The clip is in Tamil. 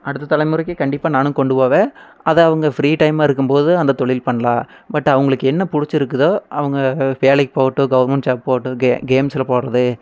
அடுத்த தலைமுறைக்கு கண்டிப்பாக நான் கொண்டுப் போவேன் அதை அவங்க ஃப்ரீ டைம்மாக இருக்கும்போது அந்த தொழில் பண்ணலாம் பட் அவங்களுக்கு என்ன பிடிச்சிருக்குதோ அவங்க வேலைக்கு போகட்டும் கவர்மெண்ட் ஜாப் போட்டும் கே கேம்ஸில் போகறது